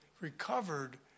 recovered